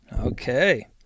Okay